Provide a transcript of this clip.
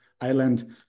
island